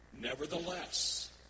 Nevertheless